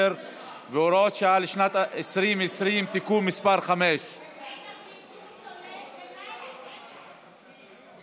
והוראת שעה לשנת 2020) (תיקון מס' 5). יצחק פינדרוס עולה למעלה,